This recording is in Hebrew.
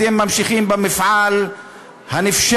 אתם ממשיכים במפעל הנפשע,